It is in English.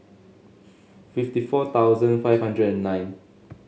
fifty four thousand five hundred and nine